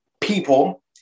people